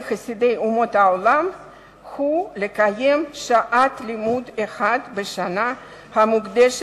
חסידי אומות העולם הוא לקיים שעת לימוד אחת בשנה שתוקדש